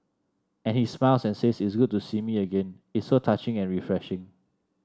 and he smiles and says it's good to see me again it's so touching and refreshing